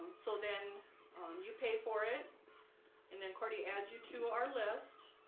so then um you pay for it and then corti adds you to our list